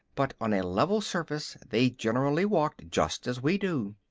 but on a level surface they generally walked just as we do.